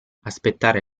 aspettare